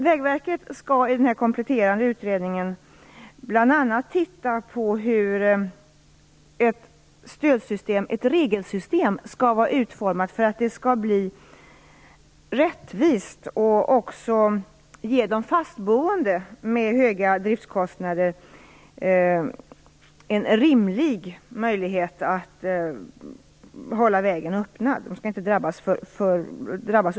Vägverket skall i den kompletterande utredningen bl.a. titta på hur ett regelsystem skall vara utformat för att det skall bli rättvist och även ge de fastboende med höga driftskostnader en rimlig möjlighet att hålla vägen öppen. De skall inte drabbas oskäligt.